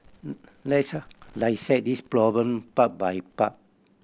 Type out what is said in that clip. let's listen this problem part by part